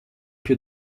più